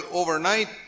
overnight